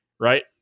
right